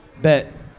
Bet